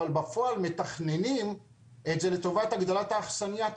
אבל בפועל מתכננים את זה לטובת הגדלת האכסניה.